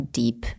deep